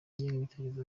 ingengabitekerezo